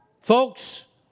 Folks